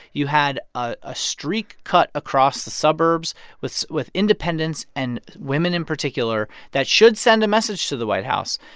you had a streak cut across the suburbs with with independents and women in particular that should send a message to the white house.